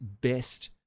best